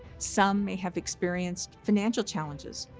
some may have experienced financial challenges,